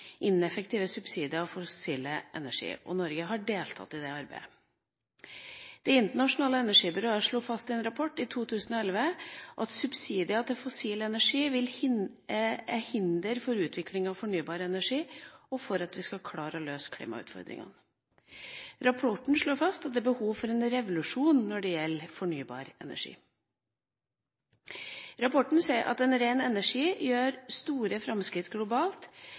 ineffektive subsidier av fossil energi. Norge har deltatt i det arbeidet. Det internasjonale energibyrået slo fast i en rapport i 2011 at subsidier til fossil energi er til hinder for utvikling av fornybar energi, og for at vi skal klare å løse klimautfordringene. Rapporten slår fast at det er behov for en revolusjon når det gjelder fornybar energi. Rapporten sier at en ren energi gjør store framskritt globalt